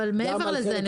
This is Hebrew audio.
אבל מעבר לזה,